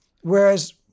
Whereas